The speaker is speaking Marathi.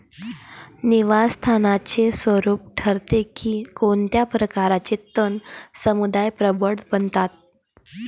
निवास स्थानाचे स्वरूप ठरवते की कोणत्या प्रकारचे तण समुदाय प्रबळ बनतात